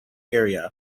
area